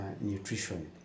nutrition